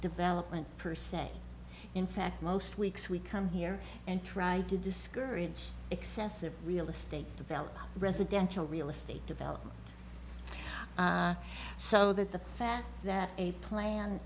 development per se in fact most weeks we come here and try to discourage excessive real estate development residential real estate development so that the fact that a plan